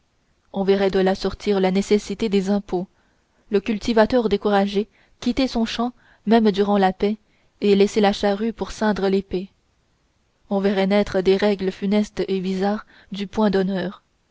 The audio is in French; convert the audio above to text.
on verrait de là sortir la nécessité des impôts le cultivateur découragé quitter son champ même durant la paix et laisser la charrue pour ceindre l'épée on verrait naître les règles funestes et bizarres du point d'honneur